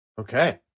Okay